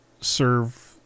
serve